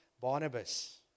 Barnabas